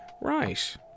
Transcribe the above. Right